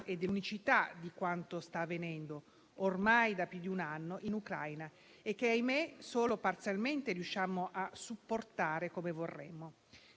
e dell'unicità di quanto sta avvenendo ormai da più di un anno in Ucraina e che, ahimè, solo parzialmente riusciamo a supportare come vorremmo.